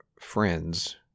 friends